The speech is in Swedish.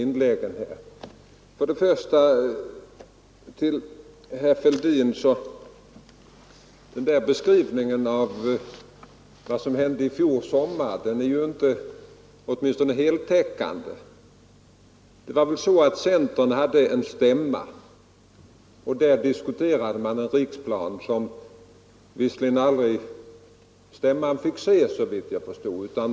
Till herr Fälldin vill jag säga att den där beskrivningen av vad som hände i fjol sommar är åtminstone inte heltäckande. Centern hade en stämma, och där diskuterade man en riksplan som visserligen aldrig stämman fick se, såvitt jag förstår.